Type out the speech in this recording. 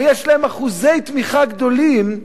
ויש להם אחוזי תמיכה גדולים.